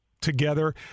together